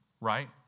right